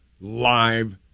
live